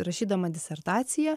rašydama disertaciją